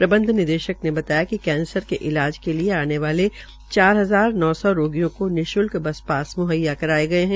प्रबंध निदेशक ने बताया कि कैंसर क इलाज के लिये आने वाले चार हजार नौ सौ रोगियों को निशुल्क सेवायें म्हैया कराये कराये गये है